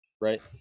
right